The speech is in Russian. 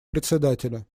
председателя